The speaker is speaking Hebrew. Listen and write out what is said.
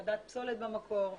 הפרדת פסולת במקור,